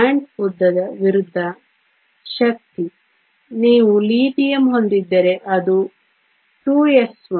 bond ಉದ್ದದ ವಿರುದ್ಧ ಶಕ್ತಿ ನೀವು ಲಿಥಿಯಂ ಹೊಂದಿದ್ದರೆ ಅದು 2s1